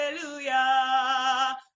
hallelujah